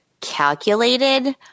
calculated